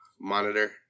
monitor